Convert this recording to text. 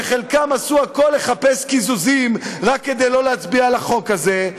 שחלקם עשו הכול לחפש קיזוזים רק כדי לא להצביע על החוק הזה.